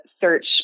search